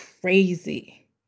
crazy